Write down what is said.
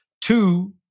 two